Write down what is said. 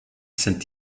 sind